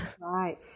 Right